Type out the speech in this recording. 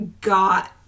got